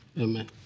Amen